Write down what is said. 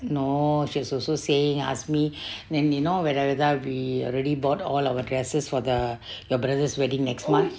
no she was also saying asked me then you know whether we already bought all our dresses for the your brother's wedding